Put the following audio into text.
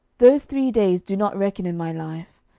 those three days do not reckon in my life,